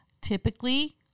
Typically